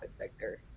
sector